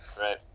Right